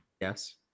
Yes